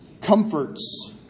comforts